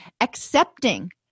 accepting